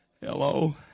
hello